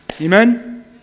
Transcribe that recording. Amen